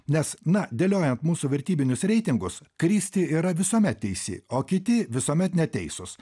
nes na dėliojant mūsų vertybinius reitingus kristi yra visuomet teisi o kiti visuomet neteisūs